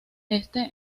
este